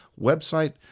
website